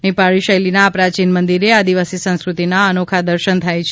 નેપાળી શૈલીના આ પ્રાચીન મંદિરે આદિવાસી સંસ્કૃતિના અનોખા દર્શન થાય છે